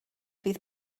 fydd